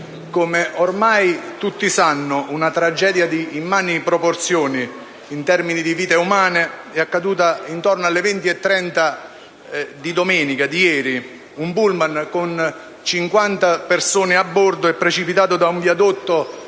come ormai tutti sanno, una tragedia di immani proporzioni in termini di vite umane eaccaduta intorno alle 20,30 di ieri, quando un pullman con 50 persone a bordo e precipitato da un viadotto